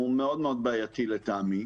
הוא מאוד בעייתי לטעמי.